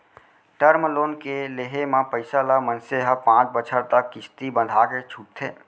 term loan के लेहे म पइसा ल मनसे ह पांच बछर तक किस्ती बंधाके छूटथे